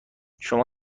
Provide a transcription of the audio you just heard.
شما